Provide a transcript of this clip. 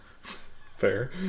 Fair